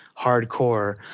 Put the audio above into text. hardcore